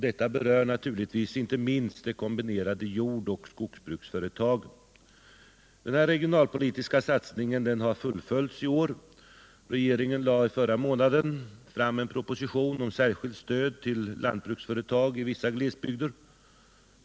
Detta berör naturligtvis inte minst de kombinerade jordoch skogsbruksföretagen. Denna regionalpolitiska satsning har fullföljts i år. Regeringen lade förra månaden fram en proposition om särskilt stöd till lantbruksföretag i vissa glesbygder.